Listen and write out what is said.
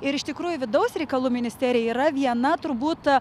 ir iš tikrųjų vidaus reikalų ministerija yra viena turbūt